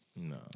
no